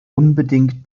unbedingt